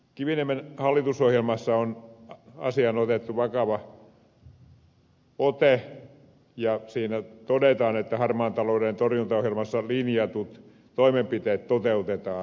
kiviniemen hallitusohjelmassa on asiaan otettu vakava ote ja siinä todetaan että harmaan talouden torjuntaohjelmassa linjatut toimenpiteet toteutetaan